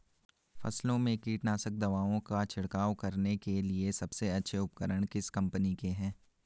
फसलों में कीटनाशक दवाओं का छिड़काव करने के लिए सबसे अच्छे उपकरण किस कंपनी के हैं?